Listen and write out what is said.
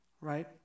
right